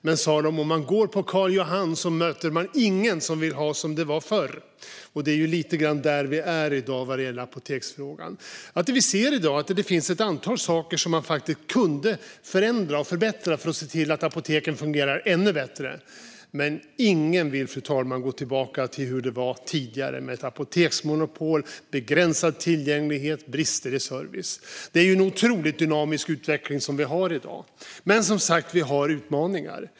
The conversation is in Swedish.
Men de sa att om de går på Karl Johan möter de ingen som vill att det ska vara som förr. Det är lite grann där vi är i dag vad gäller apoteksfrågan. I dag kan vi se ett antal saker som kan förändras och förbättras så att apoteken fungerar ännu bättre, men ingen, fru talman, vill gå tillbaka till hur det var tidigare med ett apoteksmonopol, begränsad tillgänglighet och brister i service. Utvecklingen i dag är otroligt dynamisk, men det finns utmaningar.